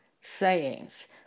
sayings